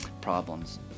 problems